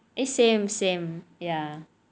eh same same ya